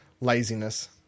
Laziness